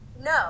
No